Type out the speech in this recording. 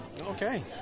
Okay